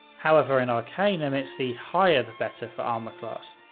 however, in arcanum, it's the higher the better for armor class.